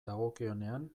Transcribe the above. dagokionean